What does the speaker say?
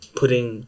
putting